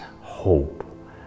hope